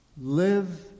Live